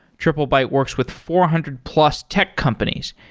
triplebyte works with four hundred plus tech companies,